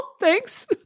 thanks